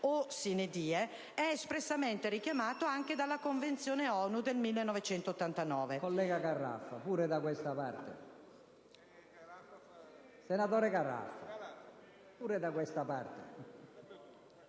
o *sine die*, è espressamente richiamato nella Convenzione ONU del 1989.